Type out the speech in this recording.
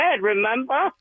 remember